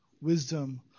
wisdom